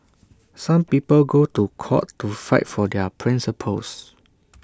some people go to court to fight for their principles